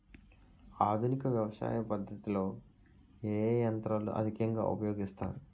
ఆధునిక వ్యవసయ పద్ధతిలో ఏ ఏ యంత్రాలు అధికంగా ఉపయోగిస్తారు?